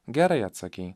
gerai atsakei